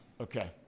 Okay